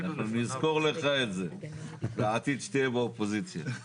אני אזכור לך את זה, בעתיד, כשתהיה באופוזיציה.